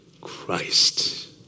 Christ